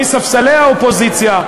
מספסלי האופוזיציה,